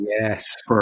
Yes